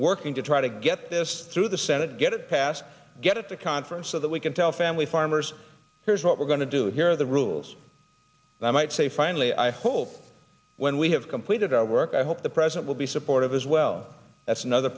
working to try to get this through the senate get it passed get it to conference so that we can tell family farmers here's what we're going to do here the rules i might say finally i hope when we have completed our work i hope the president be supportive as well that's another